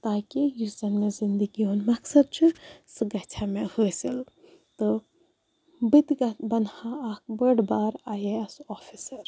تاکہِ یُس زَن مےٚ زِندگی ہُنٛد مقصد چھُ سُہ گژھِ ہا مےٚ حٲصِل تہٕ بہٕ تہِ بَنہٕ ہا اکھ بٔڑۍ بار آی اے ایٚس آفِسَر